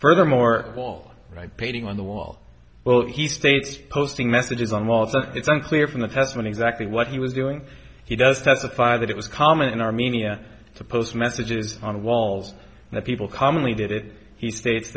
furthermore all right painting on the wall well he states posting messages on walls but it's unclear from the test when exactly what he was doing he does testify that it was common in armenia to post messages on walls and the people commonly did it he states